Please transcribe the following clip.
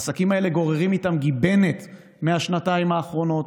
העסקים האלה גוררים איתם גיבנת מהשנתיים האחרונות.